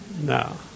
No